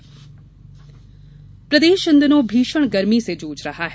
मौसम गर्मी प्रदेश इन दिनों भीषण गर्मी से जूझ रहा है